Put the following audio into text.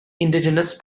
indigenous